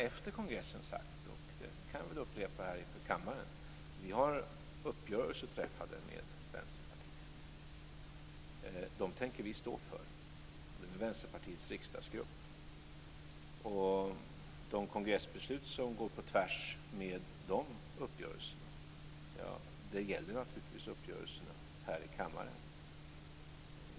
Efter kongressen har jag sagt - och det kan jag upprepa inför kammaren - att vi har träffat uppgörelser med Vänsterpartiets riksdagsgrupp. De tänker vi stå för. Uppgörelserna i kammaren gäller, även om de går på tvärs med Vänsterpartiets kongress.